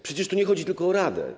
Przecież tu nie chodzi tylko o radę.